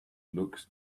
looks